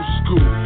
school